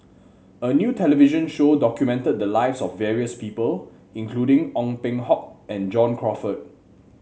a new television show documented the lives of various people including Ong Peng Hock and John Crawfurd